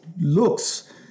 looks